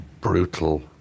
brutal